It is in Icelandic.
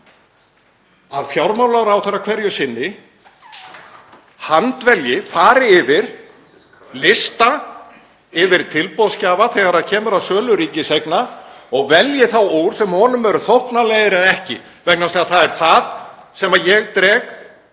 að fjármálaráðherra hverju sinni handvelji, fari yfir lista yfir tilboðsgjafa þegar kemur að sölu ríkiseigna og velji þá úr sem honum eru þóknanlegir eða ekki? Vegna þess að það er það sem ég